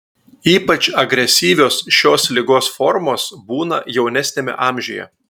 ypač agresyvios šios ligos formos būna jaunesniame amžiuje